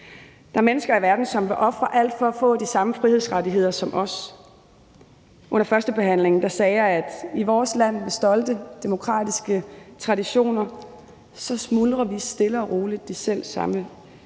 Der er mennesker i verden, som vil ofre alt for at få de samme frihedsrettigheder som os. Under førstebehandlingen sagde jeg, at i vores land med stolte demokratiske traditioner smuldrer vi stille og roligt de selv samme